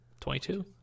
22